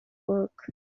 work